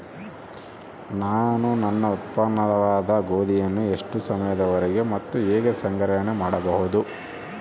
ನಾನು ನನ್ನ ಉತ್ಪನ್ನವಾದ ಗೋಧಿಯನ್ನು ಎಷ್ಟು ಸಮಯದವರೆಗೆ ಮತ್ತು ಹೇಗೆ ಸಂಗ್ರಹಣೆ ಮಾಡಬಹುದು?